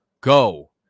go